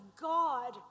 God